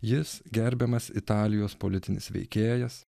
jis gerbiamas italijos politinis veikėjas